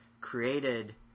created